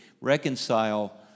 reconcile